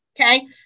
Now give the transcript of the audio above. Okay